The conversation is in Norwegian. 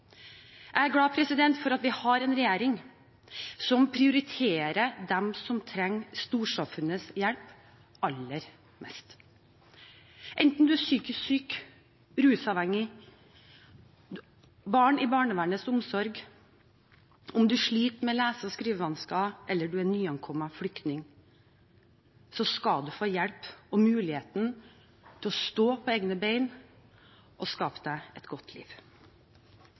Jeg er glad for at vi har en regjering som prioriterer dem som trenger storsamfunnets hjelp aller mest. Enten man er psykisk syk, er rusavhengig, har barn i barnevernets omsorg, eller om man sliter med lese- og skrivevansker eller er nyankommet flyktning, skal man få hjelp og mulighet til å stå på egne ben og skape seg et godt liv.